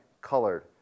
colored